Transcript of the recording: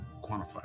quantify